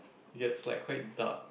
ya it's like quite dark